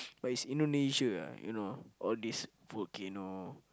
but it's Indonesia ah you know all these volcano